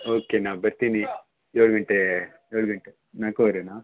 okay ನಾ ಬರ್ತೀನಿ ಏಳು ಗಂಟೆ ಏಳು ಗಂಟೆ ನಾಲ್ಕುವರೆನಾ